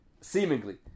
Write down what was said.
seemingly